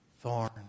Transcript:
thorn